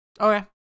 Okay